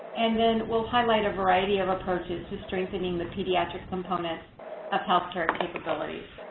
and then we'll highlight a variety of approaches to strengthening the pediatric component of healthcare capabilities.